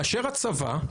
מאשר הצבא,